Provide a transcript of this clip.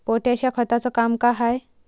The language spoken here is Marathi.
पोटॅश या खताचं काम का हाय?